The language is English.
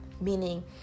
meaning